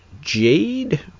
Jade